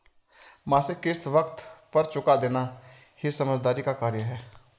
मासिक किश्त वक़्त पर चूका देना ही समझदारी का कार्य है